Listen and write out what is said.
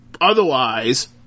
Otherwise